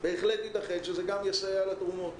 בהחלט ייתכן שזה גם יסייע לתרומות.